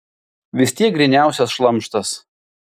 vis tiek gryniausias šlamštas